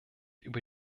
über